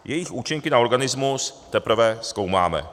Jejich účinky na organismus teprve zkoumáme.